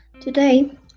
Today